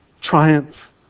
triumph